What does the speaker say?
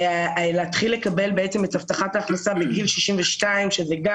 ולהתחיל לקבל את קצבת הזקנה בגיל 62 שגם